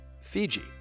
Fiji